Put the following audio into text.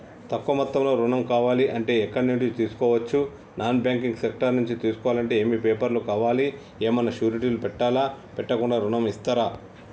తక్కువ మొత్తంలో ఋణం కావాలి అంటే ఎక్కడి నుంచి తీసుకోవచ్చు? నాన్ బ్యాంకింగ్ సెక్టార్ నుంచి తీసుకోవాలంటే ఏమి పేపర్ లు కావాలి? ఏమన్నా షూరిటీ పెట్టాలా? పెట్టకుండా ఋణం ఇస్తరా?